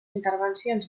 intervencions